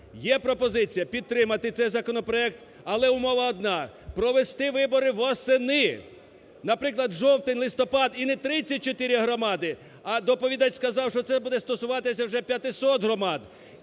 Є пропозиція підтримати цей законопроект. Але умова одна: провести вибори восени, наприклад, жовтень-листопад, і не 34 громади, а доповідач сказав, що це буде стосуватися вже 500 громад.